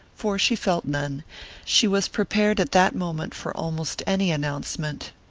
for she felt none she was prepared at that moment for almost any announcement.